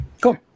cool